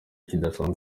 kidasanzwe